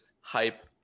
hype